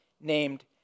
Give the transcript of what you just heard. named